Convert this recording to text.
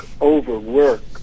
overwork